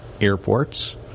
airports